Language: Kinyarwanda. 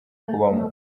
kubamo